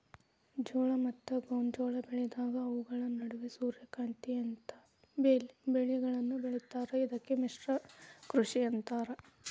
ಜೋಳ ಮತ್ತ ಗೋಂಜಾಳ ಬೆಳೆದಾಗ ಅವುಗಳ ನಡುವ ಸೂರ್ಯಕಾಂತಿಯಂತ ಬೇಲಿಗಳನ್ನು ಬೆಳೇತಾರ ಇದಕ್ಕ ಮಿಶ್ರ ಕೃಷಿ ಅಂತಾರ